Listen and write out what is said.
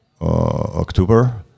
October